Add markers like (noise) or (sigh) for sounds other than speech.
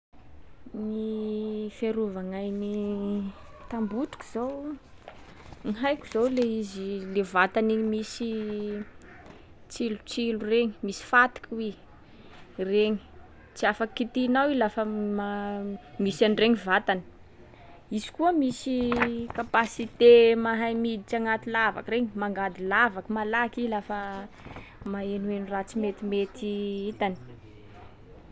Ny fiarova gn'ain'ny tambotriky zao, ny haiko zao le izy- le vatany iny misy tsilotsilo regny- misy fatiky hoy, regny. Tsy afaky kitihinao i lafa ma- misy an’regny vatany. Izy koa misy (noise) capacité mahay miditry agnaty lavaka regny, mangady lavaka malaky lafa mahenoheno raha tsy metimety hitany. (noise)